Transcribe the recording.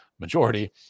Majority